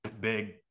big